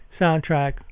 soundtrack